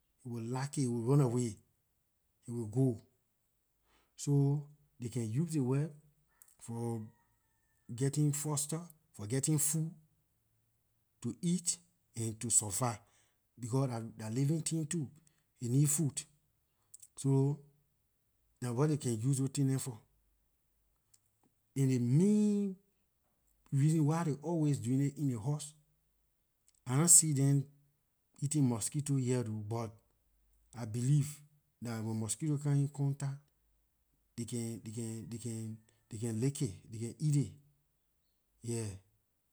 It will knock it it will run away it will go so they can use web for getting foster for getting food to eat and to survive because dah living thing too it need food so dah what it can use those thing dem for and ley main reason why ley always doing it in ley house I nah see them eating mosquito yet ooo but I believe dah when mosquito come in contact they can they can they can leak it they can eat it yeah